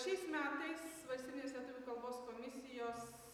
šiais metais valstybinė lietuvių kalbos komisijos